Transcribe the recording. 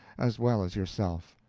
as well as yourself.